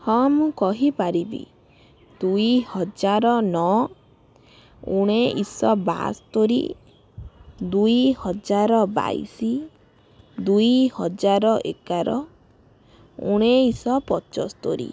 ହଁ ମୁଁ କହିପାରିବି ଦୁଇହଜାର ନଅ ଉଣେଇଶ ବାସ୍ତୋରୀ ଦୁଇହଜାର ବାଇଶି ଦୁଇହଜାର ଏଗାର ଉଣେଇଶ ପଚସ୍ତୋରୀ